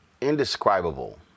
indescribable